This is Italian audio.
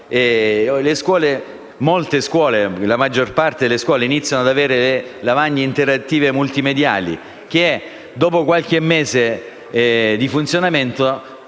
le scuole. La maggior parte delle scuole iniziano ad avere lavagne interattive multimediali che, dopo qualche mese di funzionamento,